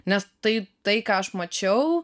nes tai tai ką aš mačiau